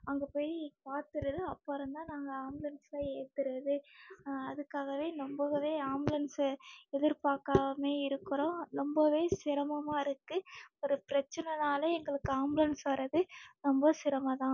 அங்கே போய் பார்த்துறது அப்பறந்தான் நாங்கள் ஆம்புலன்ஸ்ல ஏத்துறதே அதுக்காகவே நம்போகவே ஆம்புலன்ஸை எதிர்பார்க்காமே இருக்கிறோம் ரொம்பவே சிரமமாக இருக்குது ஒரு பிரச்சனைனாலே எங்களுக்கு ஆம்புலன்ஸ் வரது ரொம்ப சிரமம் தான்